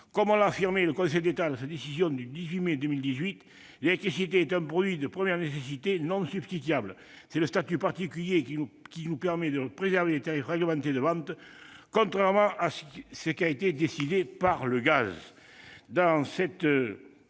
Comme l'a affirmé le Conseil d'État dans sa décision du 18 mai 2018, l'électricité est un produit de première nécessité non substituable. C'est ce statut particulier qui nous permet de préserver les tarifs réglementés de vente, contrairement à ce qui a été décidé pour le gaz.